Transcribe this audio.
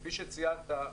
כפי שציינת,